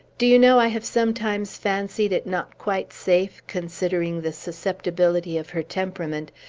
do you know i have sometimes fancied it not quite safe, considering the susceptibility of her temperament,